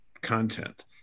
content